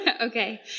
Okay